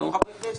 אנחנו חברי כנסת.